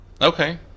okay